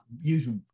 usual